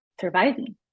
surviving